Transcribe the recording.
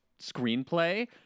screenplay